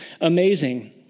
amazing